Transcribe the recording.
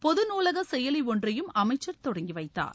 பொது நூலக செயலி ஒன்றையும் அமைச்சர் தொடங்கி வைத்தார்